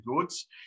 goods